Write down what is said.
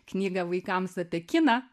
knygą vaikams apie kiną